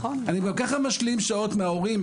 אני גם ככה משלים שעות מההורים,